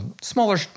smaller